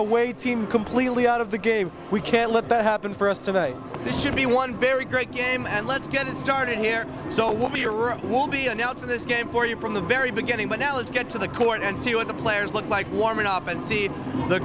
away team completely out of the game we can't let that happen for us tonight that should be one very great game and let's get it started here so will be a room we'll be announcing this game for you from the very beginning but now let's get to the court and see what the players look like warming up and see the